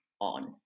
on